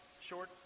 short